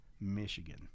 Michigan